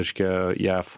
reiškia jav